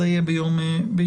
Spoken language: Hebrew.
אם כן, זה יהיה ביום שלישי.